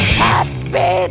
happy